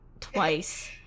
twice